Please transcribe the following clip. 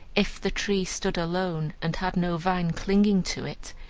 if the tree stood alone, and had no vine clinging to it,